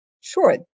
Sure